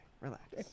relax